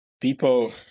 People